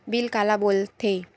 Bill काला बोल थे?